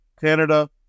canada